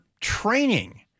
training